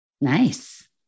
Nice